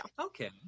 Okay